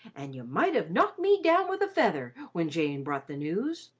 an' you might have knocked me down with a feather when jane brought the news.